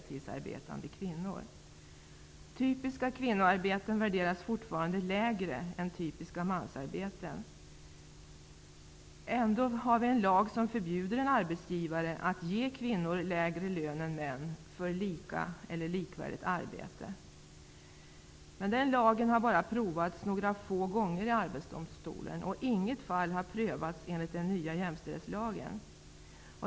Typiska kvinnoarbeten värderas fortfarande lägre än typiska mansarbeten. Ändå har vi en lag som förbjuder en arbetsgivare att ge kvinnor lägre lön än män för lika eller likvärdigt arbete. Men den lagen har bara prövats några få gånger i Arbetsdomstolen och inget fall har prövats enligt den nya jämställdhetslagen.